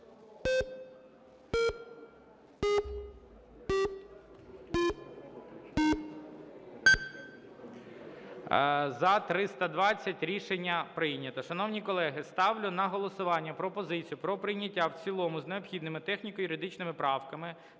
За-320 Рішення прийнято. Шановні колеги, ставлю на голосування пропозицію про прийняття в цілому з необхідними техніко-юридичними правками